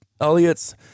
Elliot's